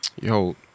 yo